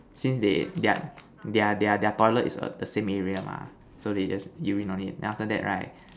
since they their their their their toilet is a the same area lah so they just urine on it then after that right